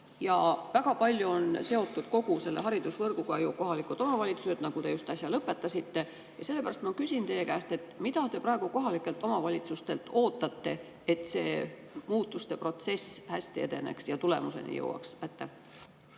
Väga palju on kogu haridusvõrguga seotud kohalikud omavalitsused, nagu te just äsja ütlesite. Sellepärast ma küsin teie käest: mida te praegu kohalikelt omavalitsustelt ootate, et see muutuste protsess hästi edeneks ja tulemuseni jõuaks?